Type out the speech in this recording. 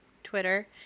Twitter